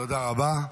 תודה רבה.